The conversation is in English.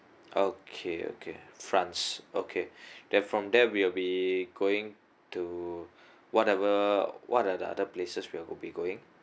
okay okay france okay then from there we'll be going to whatever what are the other places we'll be going